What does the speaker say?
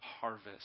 harvest